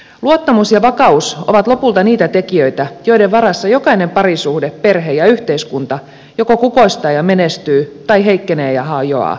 luottamus ja vakaus ovat lopulta niitä tekijöitä joiden varassa jokainen parisuhde perhe ja yhteiskunta joko kukoistaa ja menestyy tai heikkenee ja hajoaa